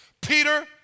Peter